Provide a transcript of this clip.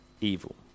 evil